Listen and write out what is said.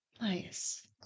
nice